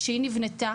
כשהיא נבנתה,